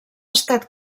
estat